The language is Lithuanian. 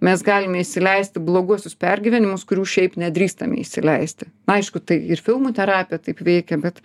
mes galime įsileisti bloguosius pergyvenimus kurių šiaip nedrįstame įsileisti aišku tai ir filmų terapija taip veikia bet